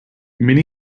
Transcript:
mini